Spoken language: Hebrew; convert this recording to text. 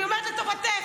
אני אומרת לטובתך.